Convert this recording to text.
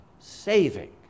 saving